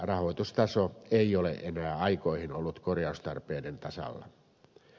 rahoitustaso ei ole enää aikoihin ollut korjaustarpeiden tasalla